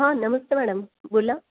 हा नमस्ते मॅडम बोला